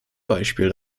beispiel